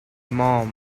mom